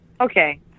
Okay